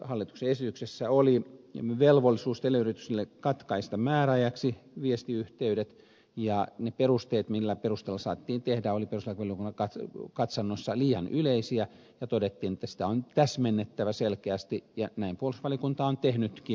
hallituksen esityksessä oli velvollisuus teleyrityksille katkaista määräajaksi viestiyhteydet ja ne perusteet millä perusteilla se saatettiin tehdä olivat perustuslakivaliokunnan katsannossa liian yleisiä ja todettiin että niitä on täsmennettävä selkeästi ja näin puolustusvaliokunta on tehnytkin